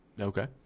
Okay